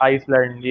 Iceland